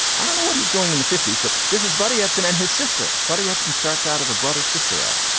i don't know what he was doing in the fifties but this is buddy epson and his sister buddy epps and starts out as a brother sister act.